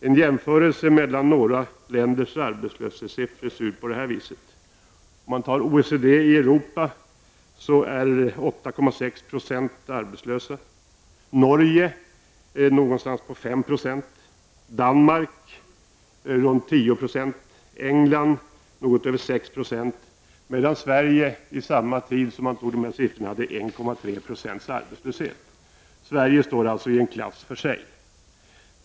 En jämförelse mellan några länders arbetslöshetssiffror ser ut så här. Sverige står alltså i en klass för sig.